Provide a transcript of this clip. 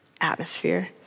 atmosphere